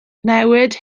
newid